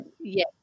Yes